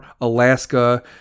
Alaska